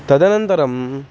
तदनन्तरम्